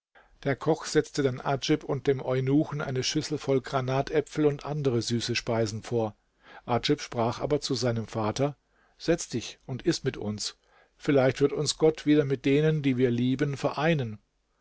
der koch setzte dann adjib und dem eunuchen eine schüssel voll granatäpfel und andere süße speisen vor adjib sprach aber zu seinem vater setze dich und iß mit uns vielleicht wird uns gott wieder mit denen die wir lieben vereinen